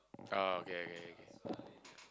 oh okay okay okay